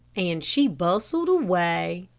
and she bustled away.